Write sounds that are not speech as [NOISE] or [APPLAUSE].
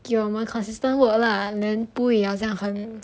给我们 consistent work lah then 不会好像很 [NOISE]